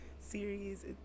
series